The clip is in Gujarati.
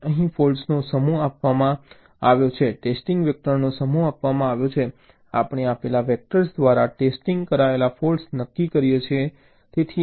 અહીં ફૉલ્ટ્સનો સમૂહ આપવામાં આવ્યો છે ટેસ્ટિંગ વેક્ટરનો સમૂહ આપવામાં આવ્યો છે આપણે આપેલા વેક્ટર્સ દ્વારા ટેસ્ટિંગ કરાયેલ ફૉલ્ટ્સ નક્કી કરીએ છીએ